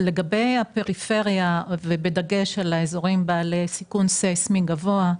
לגבי הפריפריה ובדגש על אזורים בעלי סיכון ססמי גבוה,